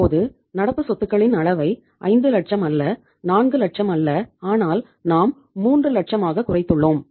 இப்போது நடப்பு சொத்துகளின் அளவை 5 லட்சம் அல்ல 4 லட்சம் அல்ல ஆனால் நாம் 3 லட்சமாக குறைந்துள்ளோம்